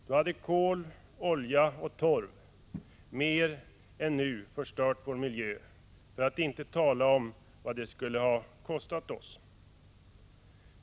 Då hade kol, olja och torv mer än nu förstört vår miljö, för att inte tala om vad det skulle ha kostat oss.